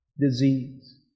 disease